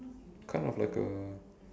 kind of like a